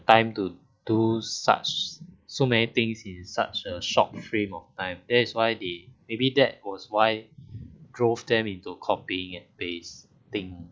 time to do such so many things in such a short frame of time that is why they maybe that was why drove them into copy and paste thing